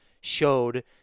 showed